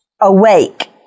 Awake